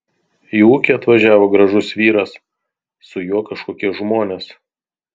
į ūkį atvažiavo gražus vyras su juo kažkokie žmonės